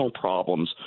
problems